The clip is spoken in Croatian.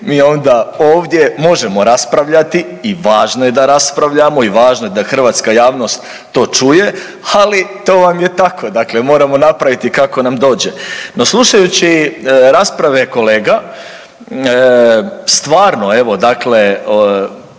Mi onda ovdje možemo raspravljati i važno je da raspravljamo i važno je da hrvatska javnost to čuje, ali to vam je tako, dakle moramo napraviti kako nam dođe. No, slušajući rasprave kolega stvarno evo dakle